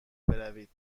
بروید